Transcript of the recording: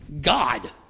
God